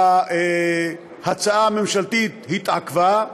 ההצעה הממשלתית התעכבה,